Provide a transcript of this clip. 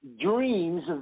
dreams